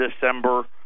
December